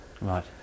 right